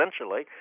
essentially